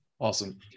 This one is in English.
Awesome